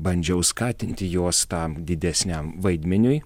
bandžiau skatinti juos tam didesniam vaidmeniui